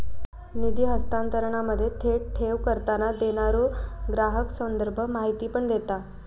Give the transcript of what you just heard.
निधी हस्तांतरणामध्ये, थेट ठेव करताना, देणारो ग्राहक संदर्भ माहिती पण देता